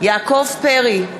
יעקב פרי,